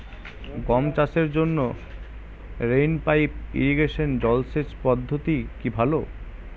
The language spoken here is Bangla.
গম চাষের জন্য রেইন পাইপ ইরিগেশন জলসেচ পদ্ধতিটি কি ভালো?